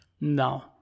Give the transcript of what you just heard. Now